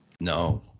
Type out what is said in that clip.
No